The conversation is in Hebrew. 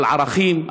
על ערכים,